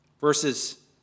Verses